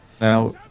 Now